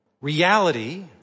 reality